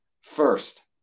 First